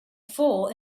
full